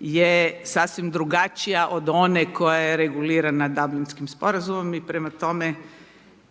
je sasvim drugačija od one koja je regulirana Dablinskim sporazumom i prema tome